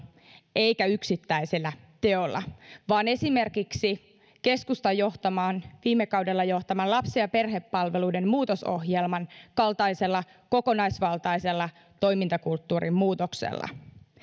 eikä yksittäisillä teoilla vaan esimerkiksi keskustan viime kaudella johtaman lapsi ja perhepalveluiden muutosohjelman kaltaisella kokonaisvaltaisella toimintakulttuurin muutoksella